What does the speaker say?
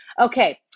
Okay